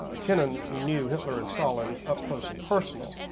ah kennan knew hitler and stalin up close and personal,